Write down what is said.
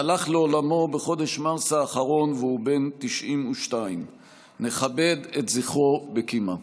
שהלך לעולמו בחודש מרץ האחרון והוא בן 92. נכבד את זכרו בקימה.